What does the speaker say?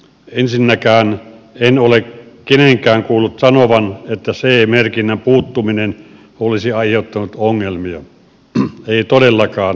ensinnäkään en ole kenenkään kuullut sanovan että ce merkinnän puuttuminen olisi aiheuttanut ongelmia ei todellakaan